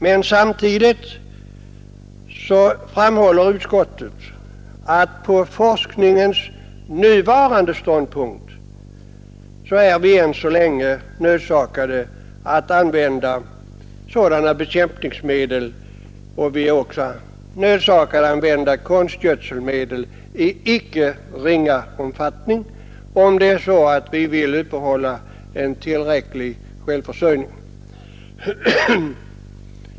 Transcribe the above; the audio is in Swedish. Men samtidigt framhåller utskottet att vi än så länge, på forskningens nuvarande ståndpunkt, är nödsakade att använda sådana bekämpningsmedel. Vi är också nödsakade att använda konstgödselmedel i icke ringa omfattning, om vi vill upprätthålla en tillräcklig självförsörjning.